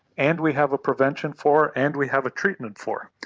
and we have a prevention for and we have a treatment for.